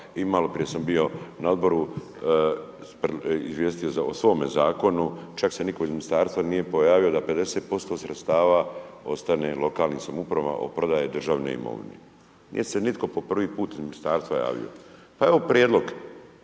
i malo prije sam bio na Odboru izvijestio o svome Zakonu, čak se nitko iz Ministarstva nije pojavio da 50% sredstava ostane lokalnim samoupravama od prodaje državne imovine. Nije se nitko po prvi put iz Ministarstva javio. Pa evo prijedlog.